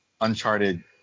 Uncharted